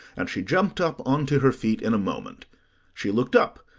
and she jumped up on to her feet in a moment she looked up,